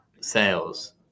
sales